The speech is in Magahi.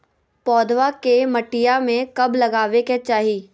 पौधवा के मटिया में कब लगाबे के चाही?